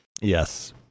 Yes